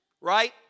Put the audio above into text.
Right